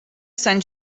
sant